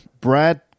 Brad